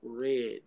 Red